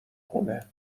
خونه